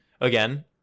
again